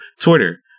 Twitter